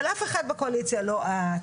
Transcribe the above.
אבל אף אחד בקואליציה, לא את,